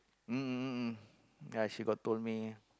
mm ya she got told me